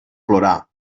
plorar